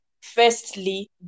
firstly